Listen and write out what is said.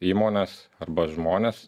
įmonės arba žmonės